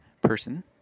person